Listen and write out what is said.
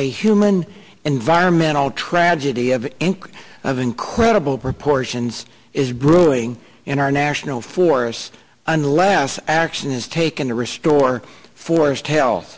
a human environmental tragedy of nk of incredible proportions is brewing in our national forests unless action is taken to restore forest health